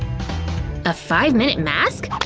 a five minute mask?